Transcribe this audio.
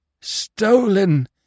Stolen